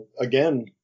again